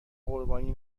قربانی